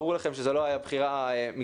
ברור לכם שזו לא הייתה בחירה מקרית.